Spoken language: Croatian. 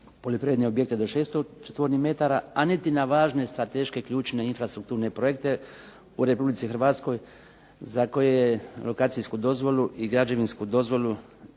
poljoprivredne objekte do 600 četvornih metara, a niti na važne strateške, ključne, infrastrukturne projekte u Republici Hrvatskoj za koje je lokacijsku dozvolu i građevinsku dozvolu